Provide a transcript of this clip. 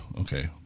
Okay